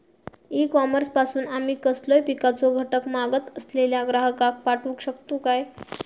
E commerce पासून आमी कसलोय पिकाचो घटक मागत असलेल्या ग्राहकाक पाठउक शकतू काय?